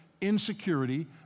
insecurity